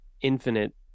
infinite